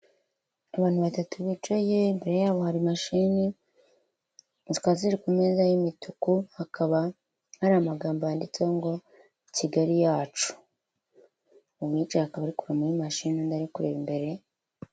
Abantu batatu bicaye, imbere yabo hari mashini, zikaba ziri ku meza y'imituku, hakaba hari amagambo yanditseho ngo Kigali yacu. Uwicaye akaba ari kureba muri mashini undi ari kureba imbere.